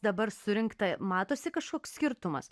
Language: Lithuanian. dabar surinkta matosi kažkoks skirtumas